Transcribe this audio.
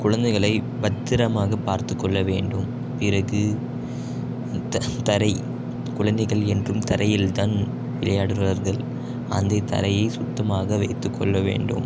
குழந்தைகளை பத்திரமாக பார்த்து கொள்ள வேண்டும் பிறகு தரை குழந்தைகள் என்றும் தரையில்தான் விளையாடுவார்கள் அந்த தரையை சுத்தமாக வைத்து கொள்ள வேண்டும்